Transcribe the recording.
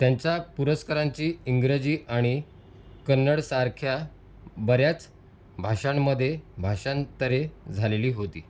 त्यांच्या पुरस्कारांची इंग्रजी आणि कन्नडसारख्या बऱ्याच भाषांमध्ये भाषांतरे झालेली होती